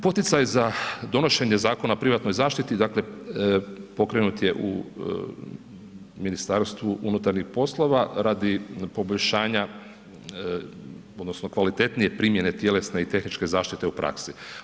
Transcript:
Poticaj za donošenje Zakona o privatnoj zaštiti dakle, pokrenut je u Ministarstvu unutarnjih poslova, radi poboljšanja, odnosno, kvalitetnije primjene tjelesne i tehničke zaštite u praksi.